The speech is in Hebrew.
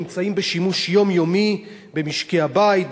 שנמצאים בשימוש יומיומי במשקי הבית,